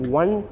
one